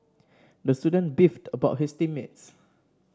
the student beefed about his team mates